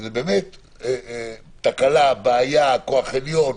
שזו תקלה, בעיה, כוח עליון,